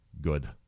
good